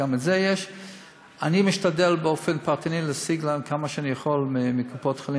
אני משתדל באופן פרטני להשיג להם כמה שאני יכול מקופות-החולים,